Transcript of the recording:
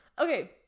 Okay